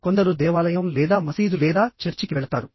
కొందరు దేవాలయం లేదా మసీదు లేదా చర్చికి వెళతారు